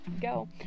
go